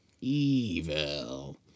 evil